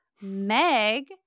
Meg